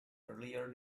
earlier